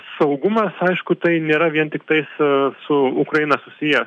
saugumas aišku tai nėra vien tiktai su su ukraina susijęs